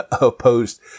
opposed